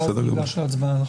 ואז ניגש להצבעה.